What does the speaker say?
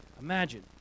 Imagine